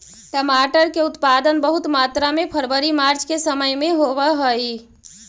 टमाटर के उत्पादन बहुत मात्रा में फरवरी मार्च के समय में होवऽ हइ